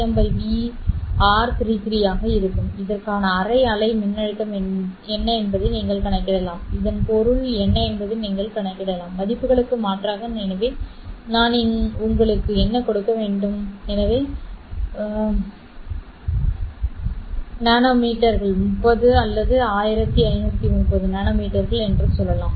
M V r33 ஆக இருக்கும் இதற்கான அரை அலை மின்னழுத்தம் என்ன என்பதை நீங்கள் கணக்கிடலாம் இதன் பொருள் என்ன என்பதை நீங்கள் கணக்கிடலாம் மதிப்புகளுக்கு மாற்றாக எனவே நான் உங்களுக்கு என்ன கொடுக்க வேண்டும் எனவே 30 1530 நானோமீட்டர்கள் என்று சொல்லலாம்